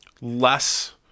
less